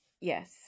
yes